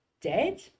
dead